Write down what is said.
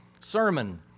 sermon